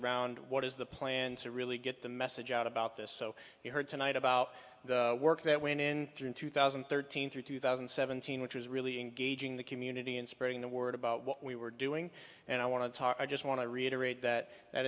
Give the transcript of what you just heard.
around what is the plan to really get the message out about this so we heard tonight about the work that went in during two thousand and thirteen through two thousand and seventeen which was really engaging the community and spreading the word about what we were doing and i want to talk i just want to reiterate that that